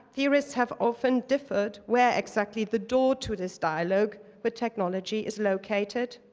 theorists have often differed where exactly the door to this dialogue with technology is located.